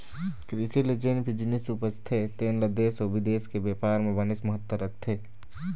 कृषि ले जेन भी जिनिस उपजथे तेन ल देश अउ बिदेश के बेपार म बनेच महत्ता रखथे